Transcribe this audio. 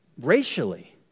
racially